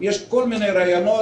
יש כל מיני רעיונות,